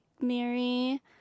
mary